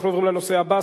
אנחנו עוברים לנושא הבא.